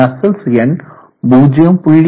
நஸ்சல்ட்ஸ் எண் 0